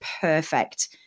perfect